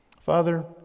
Father